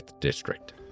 District